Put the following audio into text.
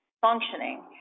functioning